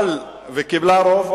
וקיבלה רוב.